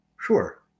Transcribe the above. Sure